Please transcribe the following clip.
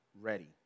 ready